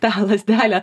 tą lazdelę